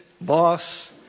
boss